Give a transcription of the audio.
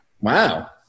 Wow